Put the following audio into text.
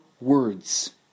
words